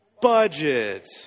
budget